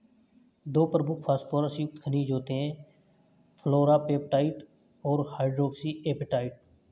दो प्रमुख फॉस्फोरस युक्त खनिज होते हैं, फ्लोरापेटाइट और हाइड्रोक्सी एपेटाइट